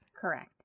Correct